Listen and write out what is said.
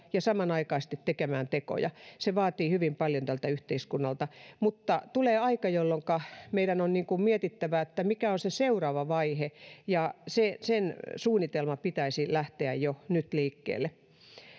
ja samanaikaisesti tehdään tekoja se vaatii hyvin paljon tältä yhteiskunnalta mutta tulee aika jolloinka meidän on mietittävä mikä on se seuraava vaihe ja sen suunnitelman pitäisi lähteä jo nyt liikkeelle